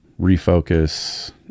refocus